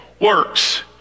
works